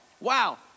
Wow